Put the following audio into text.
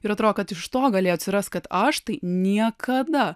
ir atrodo kad iš to gali atsirast kad aš tai niekada